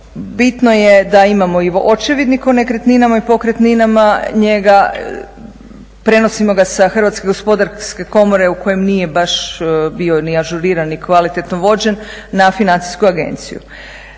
Bitno je da imamo i očevidnik o nekretninama i pokretninama. Njega, prenosimo ga sa Hrvatske gospodarske komore u kojem nije baš bio ni ažuriran, ni kvalitetno vođen na Financijsku agenciju.